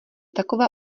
taková